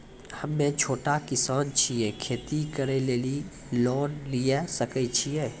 हम्मे छोटा किसान छियै, खेती करे लेली लोन लिये सकय छियै?